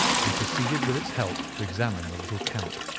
and proceeded with its help to examine the little camp.